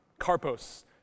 carpos